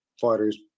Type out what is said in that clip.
fighters